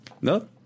no